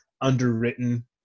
underwritten